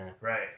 Right